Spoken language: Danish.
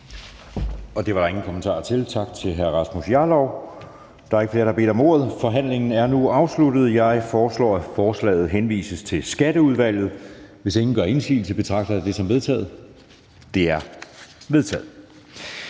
Det var der ingen kommentarer til. Tak til hr. Rasmus Jarlov. Der er ikke flere, der har bedt om ordet, og forhandlingen er nu afsluttet. Jeg foreslår, at lovforslaget henvises til Skatteudvalget. Hvis ingen gør indsigelse, betragter jeg det som vedtaget. Det er vedtaget.